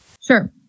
Sure